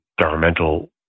governmental